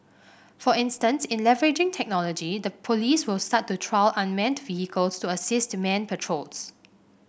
for instance in leveraging technology the police will start to trial unmanned vehicles to assist manned patrols